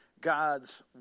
God's